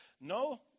No